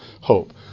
hope